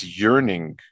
yearning